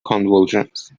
convulsions